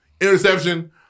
interception